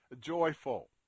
joyful